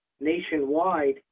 nationwide